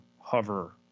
hover